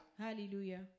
hallelujah